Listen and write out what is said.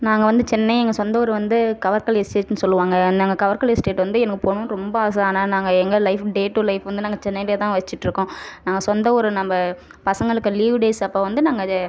நாங்கள் வந்து சென்னை எங்கள் சொந்த ஊர் வந்து கவர்க்கல் எஸ்டேட்னு சொல்லுவாங்க நாங்கள் கவர்க்கல் எஸ்டேட் வந்து எனக்கு போகணும்னு ரொம்ப ஆசை ஆனால் நாங்கள் எங்கள் லைஃப் டே டு லைஃப் வந்து நாங்கள் சென்னைலயே தான் வச்சிகிட்டு இருக்கோம் நான் சொந்த ஊர் நம்ம பசங்களுக்கு லீவு டேஸ் அப்போ வந்து நாங்கள் அது